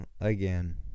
Again